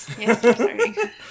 Yes